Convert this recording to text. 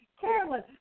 Carolyn